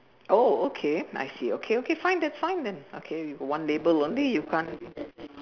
oh okay I see okay okay fine that's fine then okay you've got one label only you can't